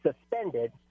suspended